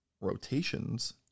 rotations